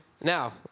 Now